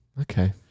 Okay